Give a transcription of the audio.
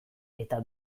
eta